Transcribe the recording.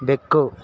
ಬೆಕ್ಕು